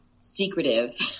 secretive